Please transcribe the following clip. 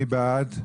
מי בעד?